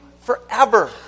forever